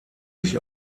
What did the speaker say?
sich